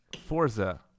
Forza